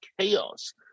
chaos